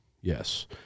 yes